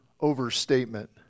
overstatement